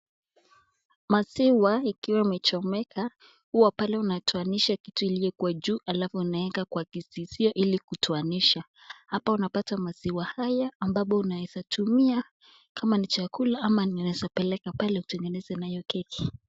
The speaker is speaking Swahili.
Maziwa iliyochomeka huwa pale unatoanisha kitu iliyo juu alafu unaweka kwa kififio ili kutowanisha . Hapa unapata maziwa haya ambako unaweza tumia kama ni chakula ama unaweza peleka pale utengeneze nayo keki.